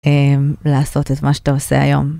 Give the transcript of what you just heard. לעשות את מה שאתה עושה היום.